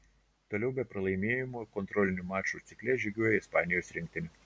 toliau be pralaimėjimų kontrolinių mačų cikle žygiuoja ispanijos rinktinė